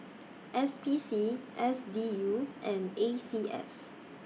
S P C S D U and A C S